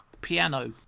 piano